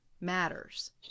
matters